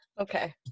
Okay